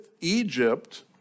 Egypt